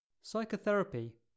Psychotherapy